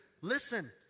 listen